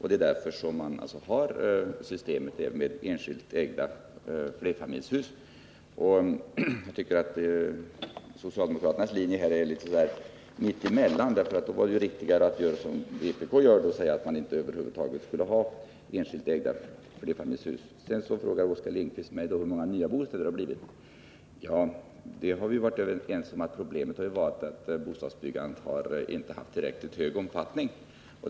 Det är därför vi har systemet med enskilt ägda flerfamiljshus. Jag tycker att socialdemokraternas linje går litet mitt emellan och att det är riktigare att säga, som vpk gör, att man över huvud taget inte skall ha enskilt ägda flerfamiljshus. Oskar Lindkvist frågar mig vidare hur många nya bostäder det blivit. Vi har varit överens om att problemet varit att bostadsbyggandet inte haft tillräckligt hög omfattning.